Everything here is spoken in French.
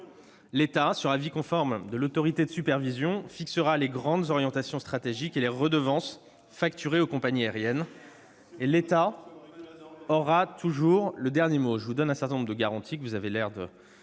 fixera, sur avis conforme de l'autorité de supervision, les grandes orientations stratégiques et les redevances facturées aux compagnies aériennes. L'État aura toujours le dernier mot. Je vous donne un certain nombre de garanties, mais vous les écartez